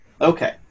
Okay